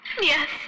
Yes